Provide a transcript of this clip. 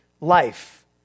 life